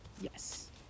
Yes